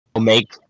make